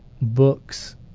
books